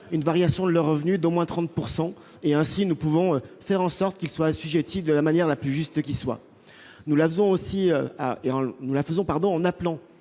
une variation de leurs revenus d'au moins 30 %. Nous pourrons ainsi faire en sorte qu'ils soient assujettis de la manière la plus juste qui soit. Nous engageons aussi cette